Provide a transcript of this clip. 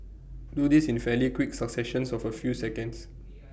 do this in fairly quick successions of A few seconds